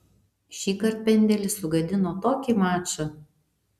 šįkart pendelis sugadino tokį mačą